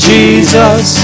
Jesus